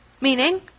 Meaning